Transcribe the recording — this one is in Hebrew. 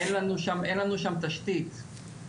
אין לנו שם תשתית,